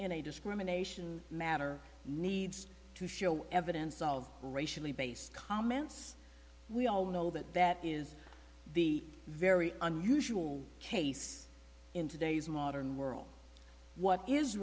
a discrimination matter needs to show evidence of racially based comments we all know that that is the very unusual case in today's modern world what is